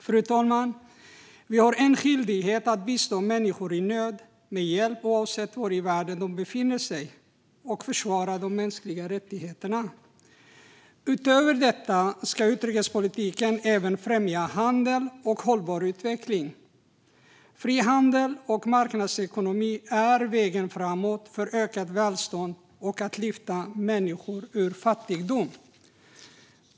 Fru talman! Vi har en skyldighet att bistå människor i nöd med hjälp, oavsett var i världen de befinner sig, och att försvara de mänskliga rättigheterna. Utöver detta ska utrikespolitiken även främja handel och hållbar utveckling. Frihandel och marknadsekonomi är vägen framåt för att öka välståndet och lyfta människor ur fattigdom.